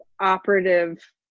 Operative